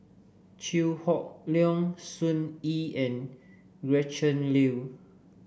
Chew Hock Leong Sun Yee and Gretchen Liu